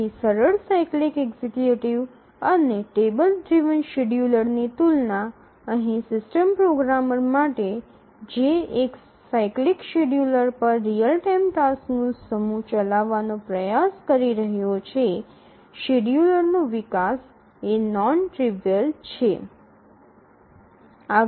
તેથી સરળ cyclic executive અને ટેબલ ડ્રિવન શેડ્યૂલરની તુલના અહીં સિસ્ટમ પ્રોગ્રામર માટે જે એક સાયક્લિક શેડ્યૂલર પર રીઅલ ટાઇમ ટાસક્સનો સમૂહ ચલાવવાનો પ્રયાસ કરી રહ્યો છે શેડ્યૂલનો વિકાસ એ નોન ટ્રિવિઅલ છે